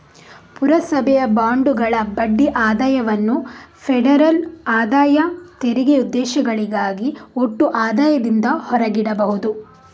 ಪುರಸಭೆಯ ಬಾಂಡುಗಳ ಬಡ್ಡಿ ಆದಾಯವನ್ನು ಫೆಡರಲ್ ಆದಾಯ ತೆರಿಗೆ ಉದ್ದೇಶಗಳಿಗಾಗಿ ಒಟ್ಟು ಆದಾಯದಿಂದ ಹೊರಗಿಡಬಹುದು